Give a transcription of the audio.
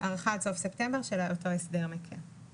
הארכה עד סוף ספטמבר של אותו הסדר מקל.